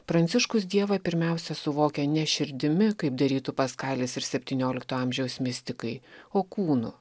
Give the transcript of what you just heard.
pranciškus dievą pirmiausia suvokia ne širdimi kaip darytų paskalis ir septyniolikto amžiaus mistikai o kūnu